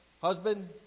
husband